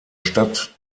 stadt